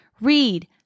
Read